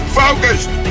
focused